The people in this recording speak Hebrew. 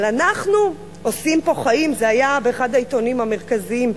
אבל אנחנו עושים פה חיים זה היה באחד העיתונים המרכזיים,